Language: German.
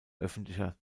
öffentlicher